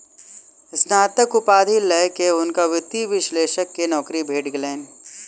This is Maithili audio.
स्नातक उपाधि लय के हुनका वित्तीय विश्लेषक के नौकरी भेट गेलैन